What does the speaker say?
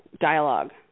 dialogue